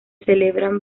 celebran